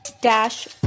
dash